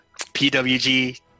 PWG